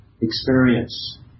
experience